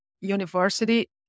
university